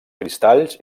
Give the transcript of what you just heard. cristalls